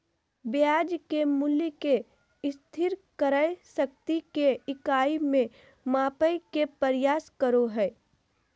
ब्याज के मूल्य के स्थिर क्रय शक्ति के इकाई में मापय के प्रयास करो हइ